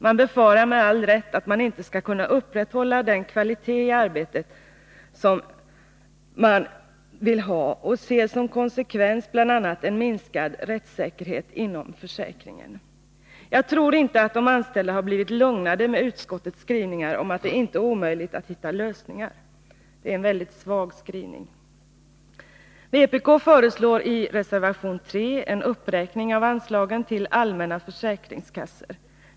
Man riksförsäkringsverbefarar med all rätt att den kvalitet i arbetet som man vill ha inte skall kunna — ket och försäkupprätthållas och ser som konsekvens bl.a. en minskad rättssäkerhet inom försäkringen. Jag tror inte att de anställda har blivit lugnade med utskottets skrivningar om att det inte är omöjligt att hitta lösningar. Det är en mycket svag skrivning. Vpk föreslår i reservation 3 en uppräkning av anslagen till allmänna försäkringskassor.